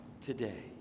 today